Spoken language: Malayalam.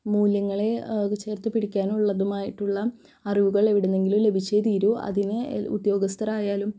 മൂല്യങ്ങളെ ചേർത്ത് പിടിക്കാനുള്ളതുമായിട്ടുള്ള അറിവുകൾ എവിടുന്നെങ്കിലും ലഭിച്ചേ തീരൂ അതിന് ഉദ്യോഗസ്ഥരായാലും